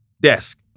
desk